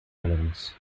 islands